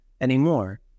anymore